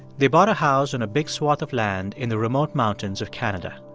they bought a house on a big swath of land in the remote mountains of canada.